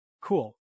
Cool